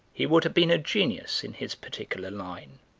he would have been a genius in his particular line.